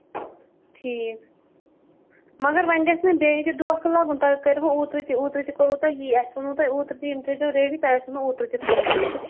ٹھیٖک مگر وۅنۍ گژھِ نہٕ بیٚیہِ تہِ دونکھٕ لَگُن تۄہہِ کٔروٕ اوٗترٕ تہِ اوٗترٕ تہِ کوٚروٕ تۄہہِ یہِ اَسہِ ووٚنوٕ تۄہہِ اوٗترٕ تہِ یِم تھٲےزیٚو ریٚڈی تۄہہِ آسوٕ نہٕ اوٗترٕ تہِ تھامتی